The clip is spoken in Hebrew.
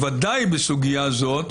בוודאי בסוגיה זאת,